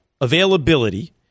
availability